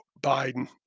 biden